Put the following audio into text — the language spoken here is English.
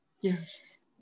Yes